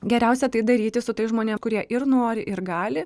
geriausia tai daryti su tais žmonėm kurie ir nori ir gali